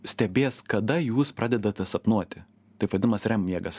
stebės kada jūs pradedate sapnuoti taip vadinamas rem miegas